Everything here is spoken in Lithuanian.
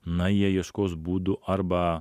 na jie ieškos būdų arba